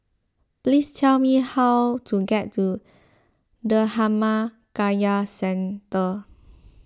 please tell me how to get to Dhammakaya Centre